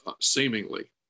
seemingly